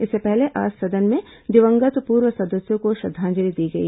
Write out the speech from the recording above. इससे पहले आज सदन में दिवंगत पूर्व सदस्यों को श्रद्धांजलि दी गई